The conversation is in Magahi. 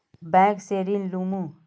बैंक से ऋण लुमू?